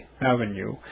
Avenue